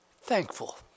Thankful